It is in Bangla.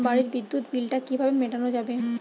বাড়ির বিদ্যুৎ বিল টা কিভাবে মেটানো যাবে?